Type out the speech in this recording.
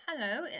Hello